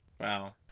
Wow